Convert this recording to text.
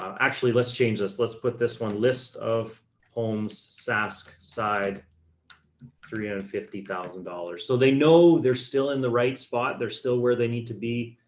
actually let's change this. let's put this one list of homes, sask side three hundred and fifty thousand dollars. so they know they're still in the right spot. they're still where they need to be.